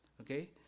okay